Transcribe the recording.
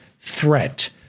threat